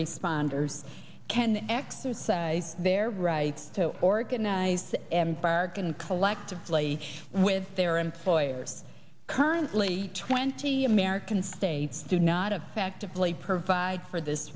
responders can exercise their right to organize embark and collectively with their employers currently twenty american states do not affectively provide for this